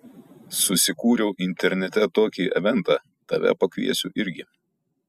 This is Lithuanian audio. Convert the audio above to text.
susikūriau internete tokį eventą tave pakviesiu irgi